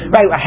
Right